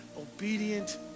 obedient